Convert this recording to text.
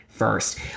first